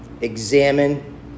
examine